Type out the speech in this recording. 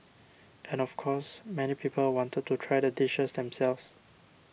and of course many people wanted to try the dishes themselves